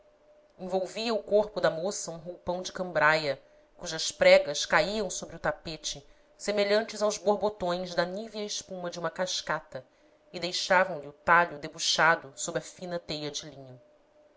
envolvia o corpo da moça um roupão de cambraia cujas pregas caíam sobre o tapete semelhantes aos borbotões da nívea espuma de uma cascata e deixavam lhe o talho debuxado sob a fina teia de linho